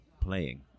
playing